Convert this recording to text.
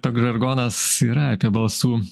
toks žargonas yra apie balsų